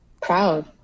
proud